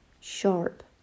sharp